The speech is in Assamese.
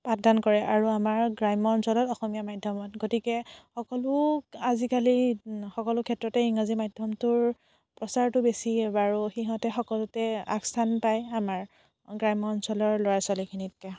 পাঠদান কৰে আৰু আমাৰ গ্ৰাম্য অঞ্চলত অসমীয়া মাধ্যমত গতিকে সকলো আজিকালি সকলো ক্ষেত্ৰতে ইংৰাজী মাধ্যমটোৰ প্ৰচাৰটো বেছি বাৰু সিহঁতে সকলোতে আগ স্থান পায় আমাৰ গ্ৰাম্য অঞ্চলৰ ল'ৰা ছোৱালীখিনিতকৈ